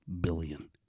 billion